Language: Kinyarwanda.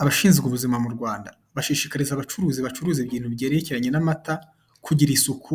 Abashinzwe ubuzima mu Rwanda, bashishikariza abacuruzi bacuruza ibintu byerekanye n'amatakugira isuku;